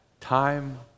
time